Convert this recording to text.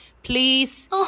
Please